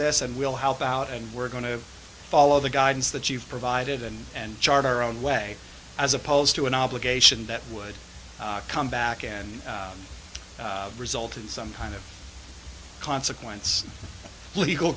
this and we'll help out and we're going to follow the guidance that you've provided and and chart our own way as opposed to an obligation that would come back and result in some kind of consequence legal